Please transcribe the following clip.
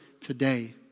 today